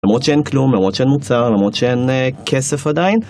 למרות שאין כלום, למרות שאין מוצר, למרות שאין כסף עדיין